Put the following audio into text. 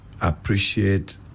appreciate